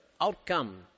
outcome